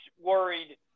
worried